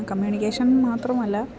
communication മാത്രമല്ല